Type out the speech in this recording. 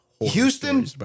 Houston